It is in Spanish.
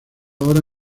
ahora